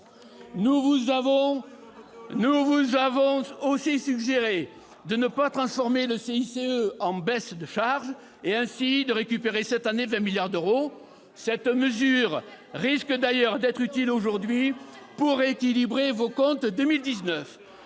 Nous vous avons aussi suggéré de ne pas transformer le CICE en baisse de charges, et de récupérer ainsi 20 milliards d'euros. Cette mesure risque d'ailleurs d'être utile aujourd'hui pour rééquilibrer vos comptes 2019.